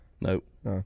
Nope